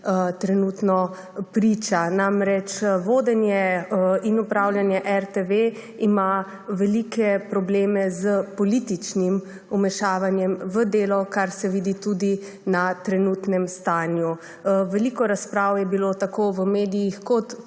trenutno priča. Vodenje in upravljanje RTV ima namreč velike probleme s političnim vmešavanjem v delo, kar se vidi tudi na trenutnem stanju. Veliko razprav je bilo tako v medijih kot